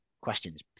Questions